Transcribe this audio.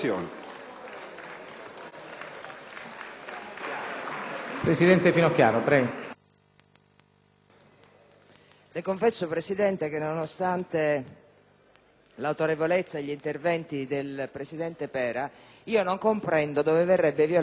ha facoltà. FINOCCHIARO *(PD)*. Le confesso, Presidente, che nonostante l'autorevolezza degli interventi del presidente Pera, io non comprendo dove verrebbe violata la volontà istituzionale del Parlamento.